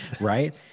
Right